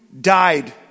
died